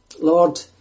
Lord